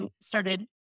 started